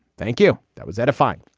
thank you. that was edifying.